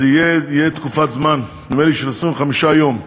תהיה תקופת זמן, נדמה לי של 25 יום,